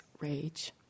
rage